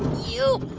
you